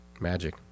Magic